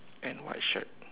and white shirt